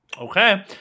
Okay